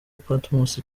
patmos